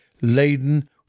laden